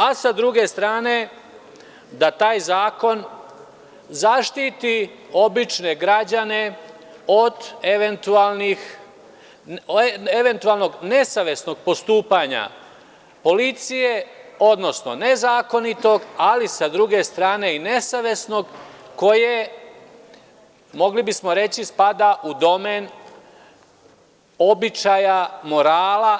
A s druge strane, da taj zakon zaštiti obične građane od eventualnog nesavesnog postupanja policije, odnosno nezakonitog ali s druge strane i nesavesnog koje, mogli bismo reći, spada u domen običaja morala